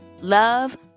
love